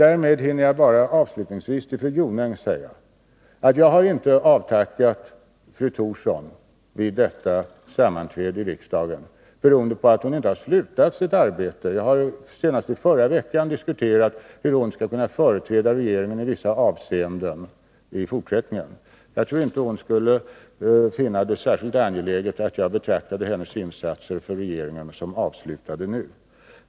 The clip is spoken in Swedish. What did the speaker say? Därmed hinner jag bara avslutningsvis till fru Jonäng säga att jag inte har avtackat fru Thorsson vid detta sammanträde i riksdagen beroende på att hon inte har avslutat sitt arbete. Senast i förra veckan diskuterade jag hur hon skall kunna företräda regeringen i vissa avseenden i fortsättningen. Jag tror inte att hon skulle finna det särskilt angeläget att jag betraktade hennes insatser för regeringen som avslutade.